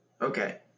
Okay